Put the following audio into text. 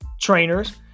trainers